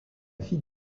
fille